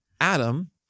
adam